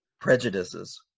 prejudices